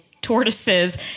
Tortoises